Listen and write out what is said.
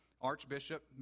archbishop